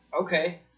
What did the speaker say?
Okay